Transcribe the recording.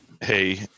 hey